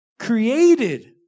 Created